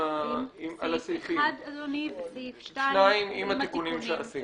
סעיף 1 אדוני, וסעיף 2 עם התיקונים.